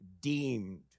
deemed